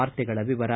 ವಾರ್ತೆಗಳ ವಿವರ